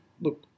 look